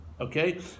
Okay